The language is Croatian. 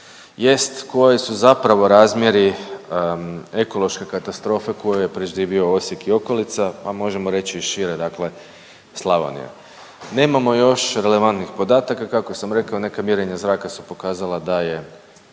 jest koji su zapravo razmjeri ekološke katastrofe koji je preživio Osijek i okolica, pa možemo reć i šire dakle Slavonija? Nemamo još relevantnih podataka kako sam rekao neka mjerenja zraka su pokazala da je